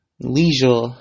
leisure